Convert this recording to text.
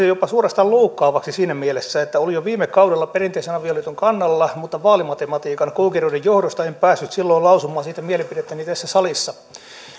jopa suorastaan loukkaavaksi siinä mielessä että olin jo viime kaudella perinteisen avioliiton kannalla mutta vaalimatematiikan koukeroiden johdosta en päässyt silloin lausumaan siitä mielipidettäni tässä salissa